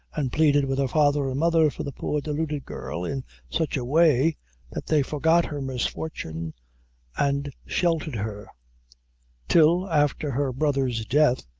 and pleaded with her father and mother for the poor deluded girl in such a way that they forgot her misfortune and sheltered her till, after her brother's death,